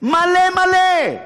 מלא מלא?